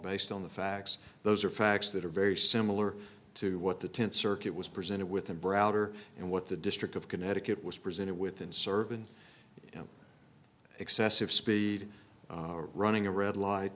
based on the facts those are facts that are very similar to what the tenth circuit was presented with a broader and what the district of connecticut was presented with in certain excessive speed running a red light